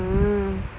mm